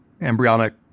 embryonic